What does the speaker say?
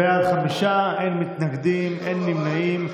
בעד, חמישה, אין מתנגדים, אין נמנעים.